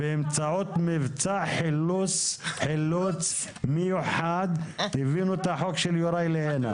באמצעות מבצע חילוץ מיוחד הבאנו את החוק של יוראי הנה.